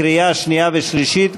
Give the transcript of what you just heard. לקריאה שנייה ושלישית.